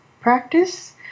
practice